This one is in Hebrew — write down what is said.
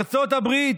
ארה"ב,